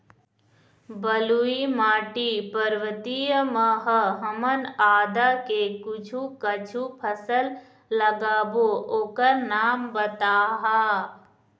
बलुई माटी पर्वतीय म ह हमन आदा के कुछू कछु फसल लगाबो ओकर नाम बताहा?